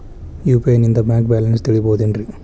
UPI ನಿಂದ bank balance ತಿಳಿಬಹುದೇನ್ರಿ?